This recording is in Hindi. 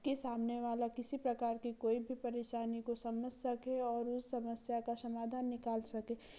कि सामने वाला किसी प्रकार की कोई भी परेशानी को समझ सके और उस समस्या का समाधान निकाल सके